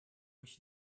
mich